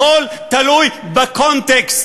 הכול תלוי בקונטקסט.